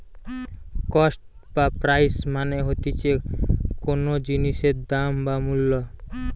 cost বা price মানে হতিছে কোনো জিনিসের দাম বা মূল্য